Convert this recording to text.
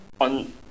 on